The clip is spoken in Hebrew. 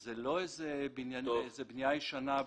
זו לא איזו בנייה ישנה.